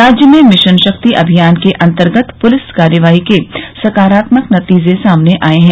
राज्य में मिशन शक्ति अभियान के अन्तर्गत पुलिस कार्रवाई के सकारात्मक नतीजे सामने आये हैं